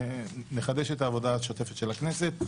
נחדש את העבודה השוטפת של הכנסת.